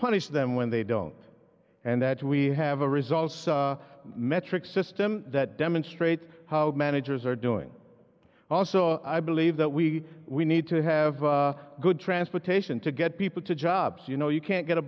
punish them when they don't and that we have a results metric system that demonstrates how managers are doing it also i believe that we we need to have good transportation to get people to jobs you know you can't get a